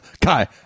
Kai